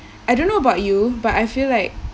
I don't know about you but I feel like